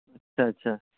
اچھا اچھا